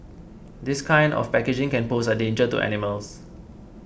this kind of packaging can pose a danger to animals